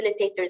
facilitators